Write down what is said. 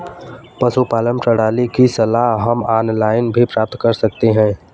पशुपालन प्रणाली की सलाह हम ऑनलाइन भी प्राप्त कर सकते हैं